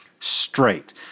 straight